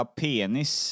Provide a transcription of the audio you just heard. penis